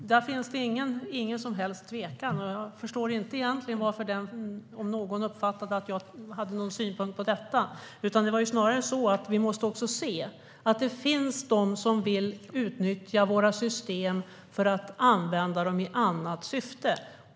Där finns det ingen som helst tvekan. Jag förstår egentligen inte om någon uppfattade att jag hade någon synpunkt på detta. Det var snarare så att vi också måste se att det finns de som vill utnyttja våra system för att använda dem i annat syfte.